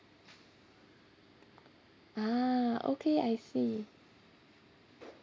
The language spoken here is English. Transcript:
ah okay I see